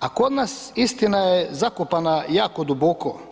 a kod nas istina je zakopana jako duboko.